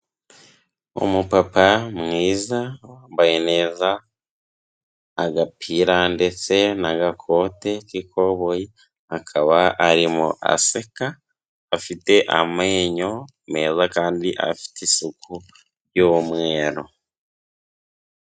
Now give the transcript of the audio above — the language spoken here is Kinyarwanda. Umupapa mwiza wambaye neza, agapira ndetse n'agakote k'ikoboyi, akaba arimo aseka, afite amenyo meza kandi afite isuku y'umweru.